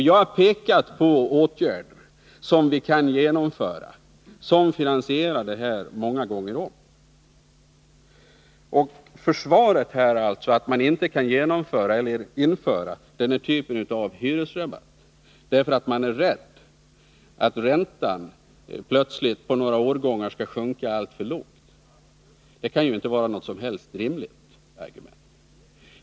Jag har pekat på åtgärder som vi kan genomföra och som finansierar det här förslaget många gånger om. Argumentet att man inte kan införa denna typ av hyresrabatt därför att man är rädd att räntan på några årgångar skall sjunka alltför lågt är inte rimligt.